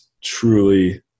truly